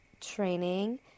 training